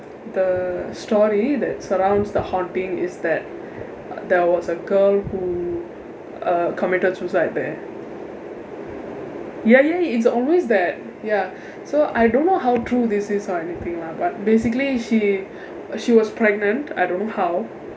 the story that surrounds the haunting is that there was a girl who uh committed suicide there ya ya it's always that ya so I don't know how true this is or anything lah but basically she she was pregnant I don't how